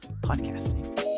Podcasting